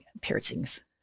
piercings